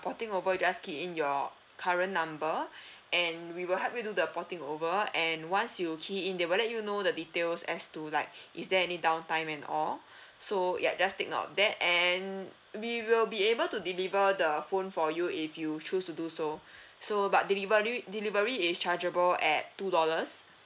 porting over just key in your current number and we will help you do the porting over and once you key in they will let you know the details as to like is there any downtime and all so yup just take note of that and we will be able to deliver the phone for you if you choose to do so so but delivery delivery is chargeable at two dollars